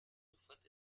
sofort